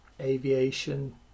Aviation